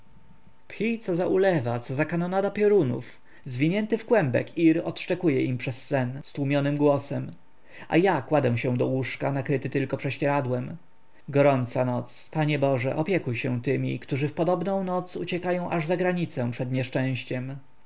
phi co za ulewa co za kanonada piorunów zwinięty w kłębek ir odszczekuje im przez sen stłumionym głosem a ja kładę się do łóżka nakryty tylko prześcieradłem gorąca noc panie boże opiekuj się tymi którzy w podobną noc uciekają aż za granicę przed nieszczęściem